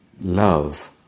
love